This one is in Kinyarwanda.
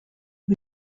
ubu